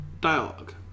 Dialogue